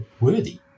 worthy